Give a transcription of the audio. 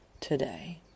today